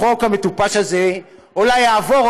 החוק המטופש הזה אולי יעבור,